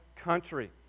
country